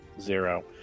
Zero